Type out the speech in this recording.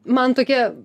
man tokia